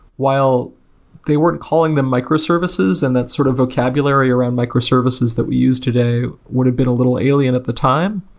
while they weren't calling them microservices, and that's sort of vocabulary around microservices that we use today would have been a little al ien at the time.